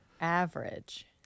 Average